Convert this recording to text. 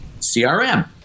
CRM